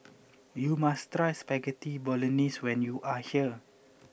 you must try Spaghetti Bolognese when you are here